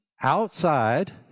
Outside